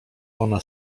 ona